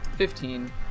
Fifteen